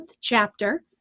chapter